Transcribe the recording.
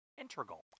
integral